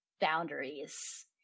boundaries